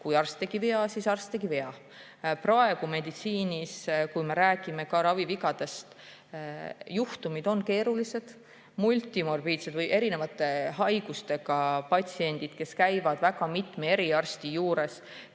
kui arst tegi vea, siis arst tegi vea. Praegu on meditsiinis, kui me räägime ka ravivigadest, juhtumid keerulised. Multimorbiidsed, erinevate haigustega patsiendid, kes käivad mitme eriarsti juures,